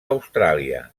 austràlia